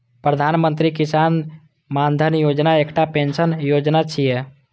प्रधानमंत्री किसान मानधन योजना एकटा पेंशन योजना छियै